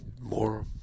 more